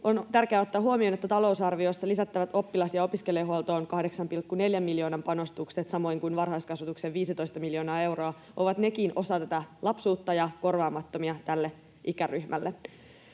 on tärkeää ottaa huomioon, että talousarviossa oppilas- ja opiskelijahuoltoon lisättävät 8,4 miljoonan panostukset samoin kuin varhaiskasvatuksen 15 miljoonaa euroa ovat nekin osa panostuksia lapsuuteen ja korvaamattomia tälle ikäryhmälle.